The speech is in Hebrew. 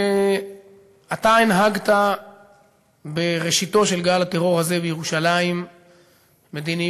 ואתה הנהגת בראשיתו של גל הטרור הזה בירושלים מדיניות